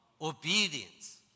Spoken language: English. obedience